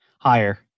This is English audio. Higher